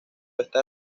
esta